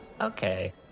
Okay